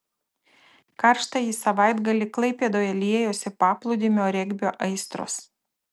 karštąjį savaitgalį klaipėdoje liejosi paplūdimio regbio aistros